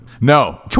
No